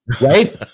right